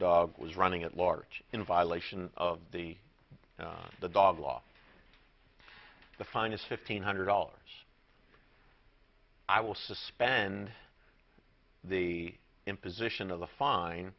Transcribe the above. dog was running at large in violation of the the dog law the fine is fifteen hundred dollars i will suspend the imposition of the fine